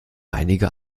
einige